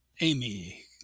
Amy